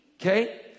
Okay